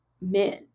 men